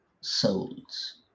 souls